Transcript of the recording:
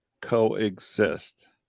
coexist